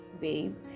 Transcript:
babe